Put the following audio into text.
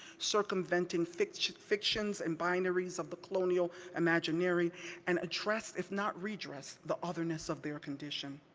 circumventing fictions fictions and binaries of the colonial imaginary and addressed, if not redressed the otherness of their condition.